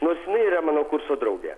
nors jinai yra mano kurso draugė